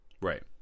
Right